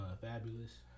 Fabulous